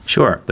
Sure